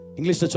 English